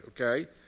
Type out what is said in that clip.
okay